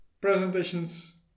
presentations